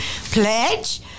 pledge